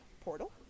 Portal